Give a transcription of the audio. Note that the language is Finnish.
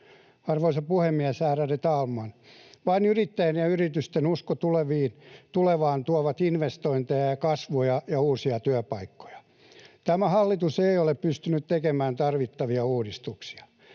Arvoisa puhemies, ärade talman! Vain yrittäjien ja yritysten usko tulevaan tuovat investointeja ja kasvua ja uusia työpaikkoja. Tämä hallitus ei ole pystynyt tekemään tarvittavia uudistuksia.